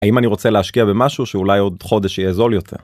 האם אני רוצה להשקיע במשהו שאולי עוד חודש יהיה זול יותר.